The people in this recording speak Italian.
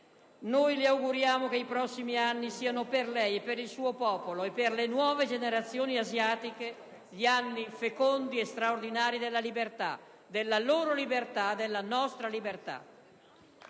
le auguriamo che i prossimi anni siano per lei, per il suo popolo e per le nuove generazioni asiatiche gli anni fecondi e straordinari della libertà: della loro libertà, della nostra libertà.